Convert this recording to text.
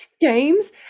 games